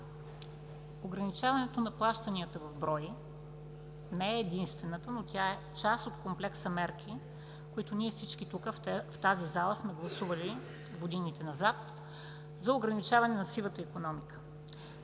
ограничаването на плащанията в брой не е единственото, но то е част от комплекса мерки, които ние всички тук в тази зала сме гласували в годините назад за ограничаване на сивата икономика.